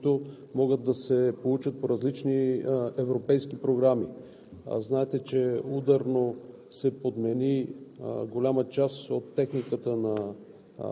По целесъобразност се използват и фондовете за финансиране, които могат да се получат по различни европейски програми.